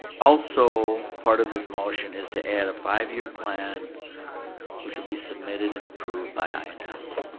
also, part of his motion is to add a five-year plan which would be submitted and approved by ins.